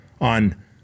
on